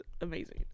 amazing